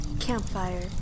Campfire